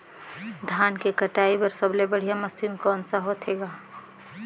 धान के कटाई बर सबले बढ़िया मशीन कोन सा होथे ग?